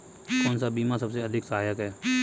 कौन सा बीमा सबसे अधिक सहायक है?